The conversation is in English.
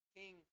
king